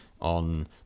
on